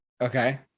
Okay